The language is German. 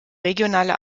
regionale